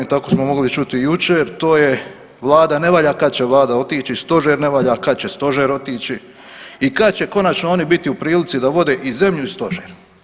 Tako smo čuli jučer to je Vlada ne valja, kad će Vlada otići i Stožer ne valja, kad će Stožer otići i kad će konačno oni biti u prilici da vode i zemlju i Stožer?